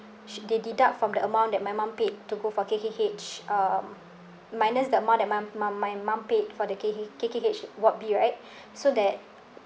sh~ they deduct from the amount that my mum paid to go for K_K_H um minus the amount that mum mum my mum paid for the K K K_K_H ward B right so that